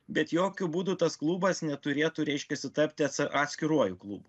bet jokiu būdu tas klubas neturėtų reiškiasi tapti atskiruoju klubu